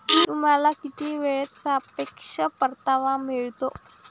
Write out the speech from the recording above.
तुम्हाला किती वेळेत सापेक्ष परतावा मिळतो?